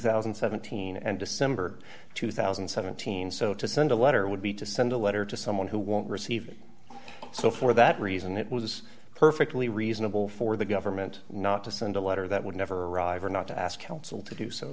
thousand and seventeen and december two thousand and seventeen so to send a letter would be to send a letter to someone who won't receive so for that reason it was perfectly reasonable for the government not to send a letter that would never reiver not to ask counsel to do so